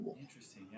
Interesting